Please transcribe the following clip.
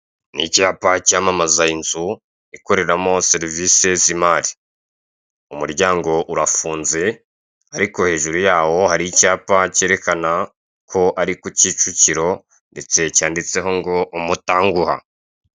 NI icyapa cyamamaza inzu ikoreramo serivise z'imari umuryango urafunze ariko hejuru yaho hari icyapa kerekana ko ari ku Kicukiro ndetse cyanditseho ngo umutanguha.